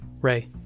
Ray